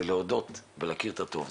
זה להודות ולהכיר את הטוב.